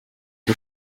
the